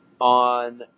on